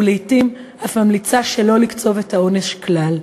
ולעתים אף ממליצה לא לקצוב את העונש כלל.